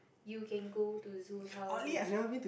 you can go to Zul's house and Zul